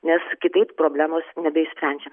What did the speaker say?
nes kitaip problemos nebe išsprendžiam